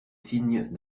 signe